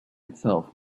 itself